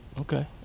Okay